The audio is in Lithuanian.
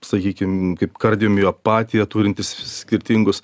sakykim kaip kardiomiopatija turintis skirtingus